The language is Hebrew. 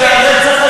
חברי חברי הכנסת,